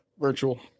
virtual